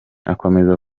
akomeza